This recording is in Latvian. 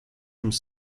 mums